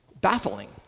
baffling